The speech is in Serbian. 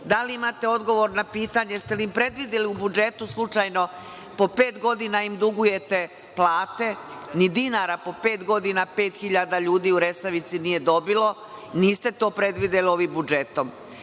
Da li imate odgovor na pitanje – jel ste im predvideli u budžetu slučajno, po pet godina im dugujete plate, ni dinara po pet godina 5.000 ljudi u „Resavici“ nije dobilo. Niste to predvideli ovim budžetom. Dakle,